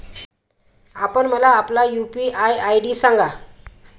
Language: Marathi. आपण मला आपला यू.पी.आय आय.डी सांगा